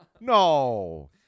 no